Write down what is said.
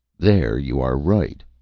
there you are right,